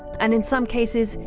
and in some cases,